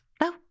No